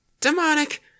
Demonic